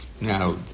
Now